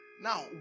Now